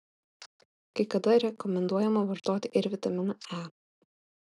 kai kada rekomenduojama vartoti ir vitaminą e